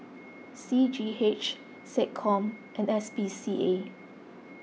C G H SecCom and S P C A